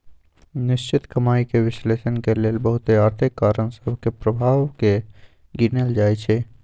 निश्चित कमाइके विश्लेषण के लेल बहुते आर्थिक कारण सभ के प्रभाव के गिनल जाइ छइ